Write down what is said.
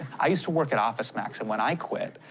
i used to work at officemax, and when i quit,